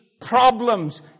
problems